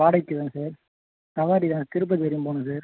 வாடகைக்குதான் sir சவாரிதான் திருப்பதி வரையும் போகணும் சார்